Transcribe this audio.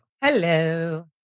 hello